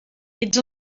ets